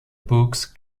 books